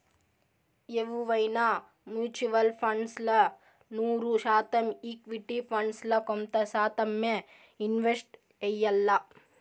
ఎవువైనా mutual funds ల నూరు శాతం ఈక్విటీ ఫండ్స్ ల కొంత శాతమ్మే ఇన్వెస్ట్ చెయ్యాల్ల